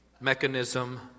mechanism